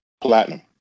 platinum